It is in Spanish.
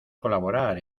colaborar